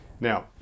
Now